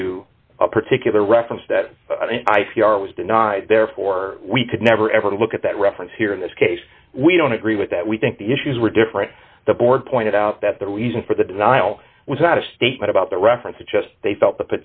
view a particular reference that i p r was denied therefore we could never ever look at that reference here in this case we don't agree with that we think the issues were different the board pointed out that the reason for the denial was not a statement about the reference or just they felt the